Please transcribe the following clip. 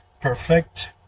perfect